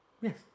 yes